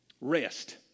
rest